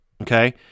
Okay